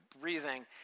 breathing